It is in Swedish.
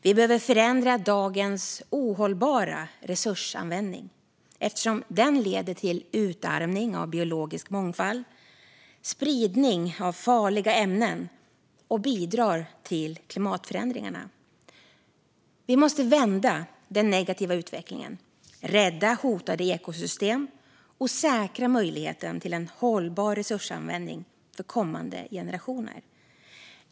Vi behöver förändra dagens ohållbara resursanvändning, eftersom den leder till utarmning av biologisk mångfald och spridning av farliga ämnen samt bidrar till klimatförändringarna. Vi måste vända den negativa utvecklingen, rädda hotade ekosystem och säkra möjligheten till en hållbar resursanvändning för kommande generationer.